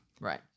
right